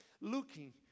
looking